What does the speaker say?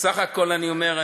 וסך הכול אני אומר,